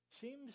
seems